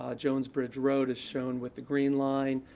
ah jones bridge road is shown with the green line,